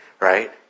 Right